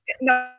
No